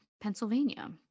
Pennsylvania